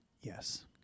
Yes